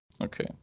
Okay